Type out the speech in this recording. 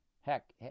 heck